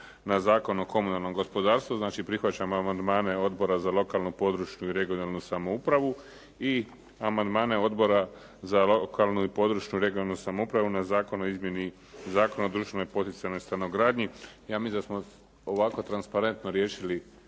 na Zakon o komunalnom gospodarstvu. Znači, prihvaćamo amandmane Odbora za lokalnu, područnu i regionalnu samoupravu i amandmane odbora za lokalnu i područnu regionalnu samoupravu na Zakon o izmjeni Zakona o društvenoj i poticajnoj stanogradnji. Ja mislim da smo ovako transparentno riješili